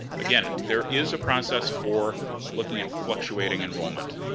again, there is a process for looking at fluctuating enrollment.